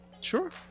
Sure